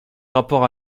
rapports